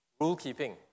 rule-keeping